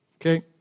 Okay